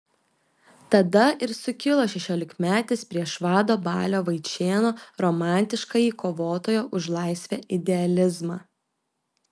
tada ir sukilo šešiolikmetis prieš vado balio vaičėno romantiškąjį kovotojo už laisvę idealizmą